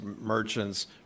merchants